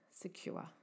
secure